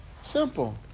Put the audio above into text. Simple